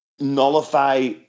nullify